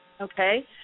Okay